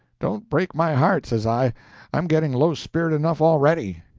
don't break my heart, says i i'm getting low-spirited enough already.